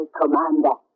commander